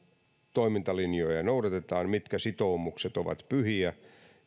toimintalinjoja noudatetaan mitkä sitoumukset ovat pyhiä